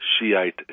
Shiite